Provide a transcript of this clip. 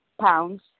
pounds